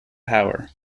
power